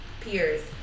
peers